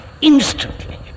instantly